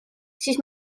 siis